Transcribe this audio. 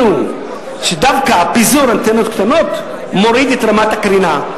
שדווקא הפיזור מוריד את רמת הקרינה.